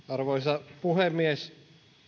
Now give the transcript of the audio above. arvoisa puhemies